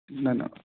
ना ना